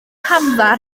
camfa